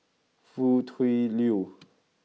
Foo Tui Liew